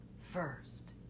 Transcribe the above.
first